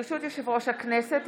ברשות יושב-ראש הכנסת,